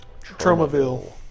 Tromaville